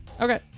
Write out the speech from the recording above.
Okay